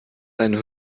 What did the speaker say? einen